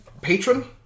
patron